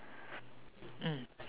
mm